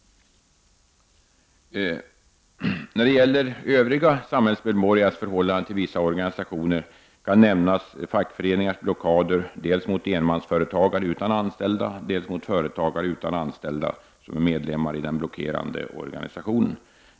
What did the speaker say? När det gäller övriga samhällsmedborgares förhållande till vissa organisationer kan nämnas fackföreningars blockader dels mot enmansföretagare utan anställda, dels mot företagare utan anställda som är medlemmar i den blockerande organisationen.